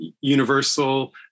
universal